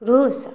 रूस